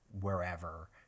wherever